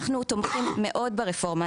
אנחנו תומכים מאוד ברפורמה,